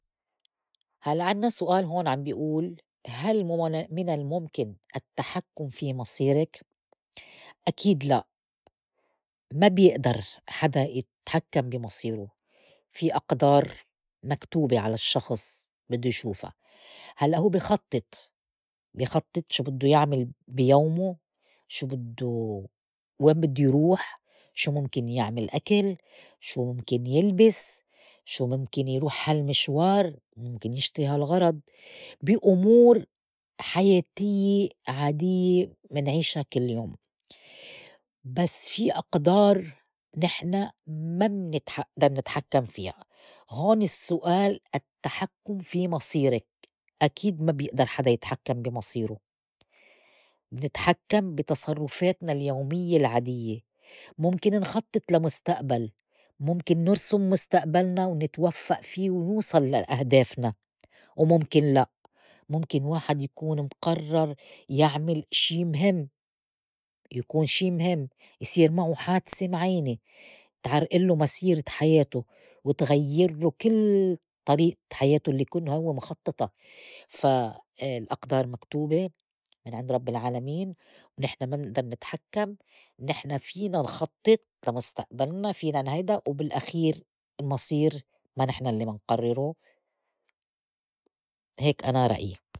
هلّأ عنّا سؤال هون عم بي أول هل م- مِن المُمكن التحكّم في مصيرك؟ أكيد لأ ما بيئدر حدى يتحكّم بي مصيره في أقدار مكتوبة على الشّخص بدّو يشوفا، هلّئ هو بي خطط بي خطط شو بدّو يعمل بيومه، شو بدّو وين بدّو يروح، شو مُمكن يعمل أكل، شو ممكن يلبس، شو ممكن يروح هال مشوار مُمكن يشتري هال غرض بي أمور حياتيّه عاديّة منعيشا كل يوم. بس فيه أقدار نحن ما منتح- نئدر نتحكّم فيا، هون السّؤال التحّكم في مصيرك أكيد ما بيئدر حدا يتحكّم بي مصيره، منتحكّم بي تصرفاتنا اليوميّة العاديّة، مُمكن نخطّط لا مستقبل مُمكن نرسم مستقبلنا ونتوفق في ونوصل لأهدافنا ومُمكن لأ، مُمكن واحد يكون مقرّر يعمل شي مْهِم يكون شي مهم يصير معو حادثة معيْنة تعرقلوا مسيرة حياته وتغيرلو كل طريئة حياته اللّي يكون هو مخططها، فا الأقدار مكتوبة من عند رب العالمين ونحن ما منئدر نتحكّم نحن فينا نخطط لمستقبلنا فينا نهيدا وبالأخير المصير ما نحن اللّي منقرّرو هيك أنا رأيي.